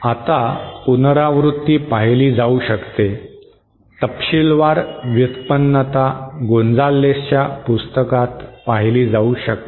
आता पुनरावृत्ती पाहिली जाऊ शकते तपशीलवार व्युत्पन्नता गोंजालेसच्या पुस्तकात पाहिली जाऊ शकते